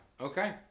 okay